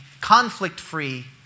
conflict-free